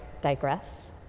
digress